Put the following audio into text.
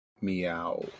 Meow